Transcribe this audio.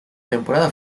temporada